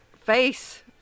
face